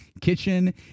kitchen